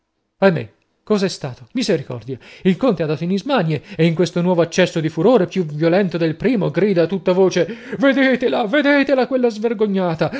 amarezze ahimè cos'è stato misericordia il conte ha dato in ismanie e in questo nuovo accesso di furore più violento del primo grida a tutta voce vedetela vedetela quella svergognata